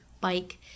bike